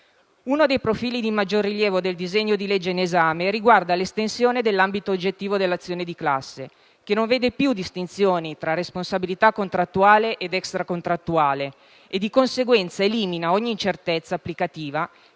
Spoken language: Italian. Uno dei profili di maggior rilievo del disegno di legge in esame, riguarda l'estensione dell'ambito oggettivo dell'azione di classe, che non vede più distinzioni tra la responsabilità contrattuale ed extracontrattuale e, di conseguenza, elimina ogni incertezza applicativa che in questi anni